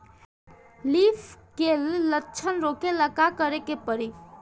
Leaf curl लक्षण रोकेला का करे के परी?